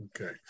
okay